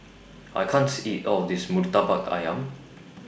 I can't eat All of This Murtabak Ayam